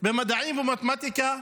במדעים ובמתמטיקה,